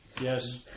yes